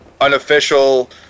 unofficial